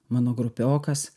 mano grupiokas